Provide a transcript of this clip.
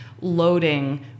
loading